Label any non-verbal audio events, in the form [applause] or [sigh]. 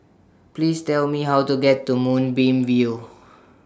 Please Tell Me How to get to Moonbeam View [noise]